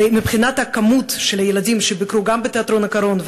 ומבחינת מספר הילדים שביקרו בתיאטרון "הקרון",